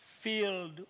filled